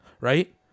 right –